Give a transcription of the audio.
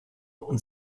und